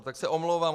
Tak se omlouvám.